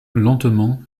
lentement